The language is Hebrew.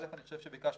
אני חושב שביקשנו,